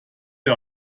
der